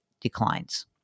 declines